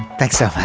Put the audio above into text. thanks so much